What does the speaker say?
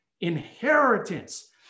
inheritance